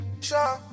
show